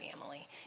family